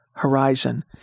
horizon